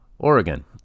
Oregon